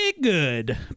good